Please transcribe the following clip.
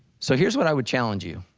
so here's what i would challenge you,